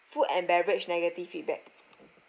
food and beverage negative feedback